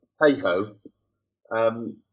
hey-ho